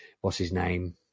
what's-his-name